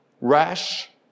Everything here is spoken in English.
rash